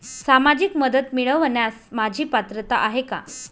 सामाजिक मदत मिळवण्यास माझी पात्रता आहे का?